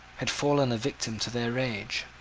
had fallen a victim to their rage.